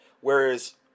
Whereas